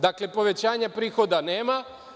Dakle, povećanja prihoda nema.